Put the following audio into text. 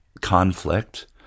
conflict